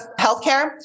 healthcare